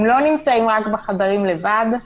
הם לא נמצאים רק בחדרים לבד,